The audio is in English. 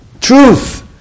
Truth